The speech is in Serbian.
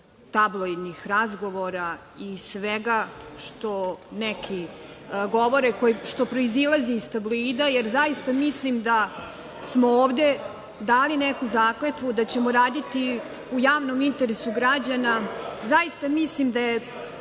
tabloidnih razgovora i svega što neki govore, što proizilazi iz tabloida, jer zaista mislim da smo ovde dali neku zakletvu da ćemo raditi u javnom interesu građana. Zaista mislim da je,